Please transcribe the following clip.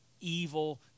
evil